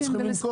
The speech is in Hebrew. צריכים למכור.